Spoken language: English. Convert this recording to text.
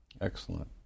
Excellent